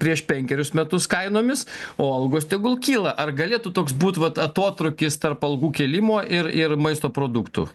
prieš penkerius metus kainomis o algos tegul kyla ar galėtų toks būt vat atotrūkis tarp algų kėlimo ir ir maisto produktų